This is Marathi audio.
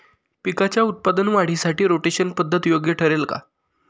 पिकाच्या उत्पादन वाढीसाठी रोटेशन पद्धत योग्य ठरेल का?